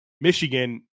Michigan